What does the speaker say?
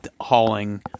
hauling